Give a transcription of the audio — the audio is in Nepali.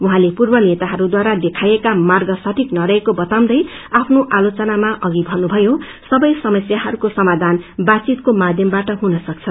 उहाँले पूर्व नेताहरूद्वारा देखइएका मार्ग सठीक नरहेको आफ्नो आलोचनामा भन्नुभयो सबै समस्याहरूको समाधान बातचितको माध्यमबाट हुनेसक्नेछ